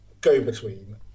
go-between